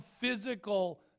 physical